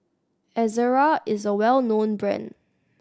Ezerra is a well known brand